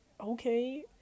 Okay